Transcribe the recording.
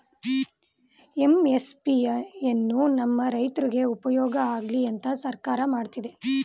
MSP ಎನ್ನು ನಮ್ ರೈತ್ರುಗ್ ಉಪ್ಯೋಗ ಆಗ್ಲಿ ಅಂತ ಸರ್ಕಾರ ಮಾಡಿದೆ